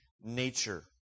nature